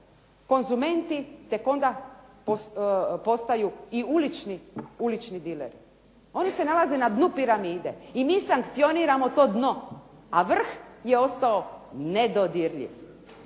konzumenti a tek onda postaju i ulični dileri. Oni se nalaze na dnu piramide i mi sankcioniramo to dno a vrh je ostao nedodirljiv.